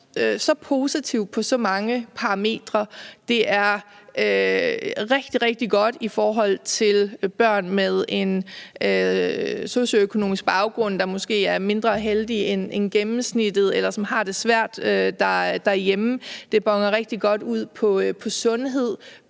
så positivt ud på så mange parametre. Det er rigtig, rigtig godt i forhold til børn med en socioøkonomisk baggrund, som måske er mindre heldig end gennemsnittet, eller børn, som har det svært derhjemme. Det boner rigtig godt ud på sundhed